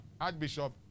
Archbishop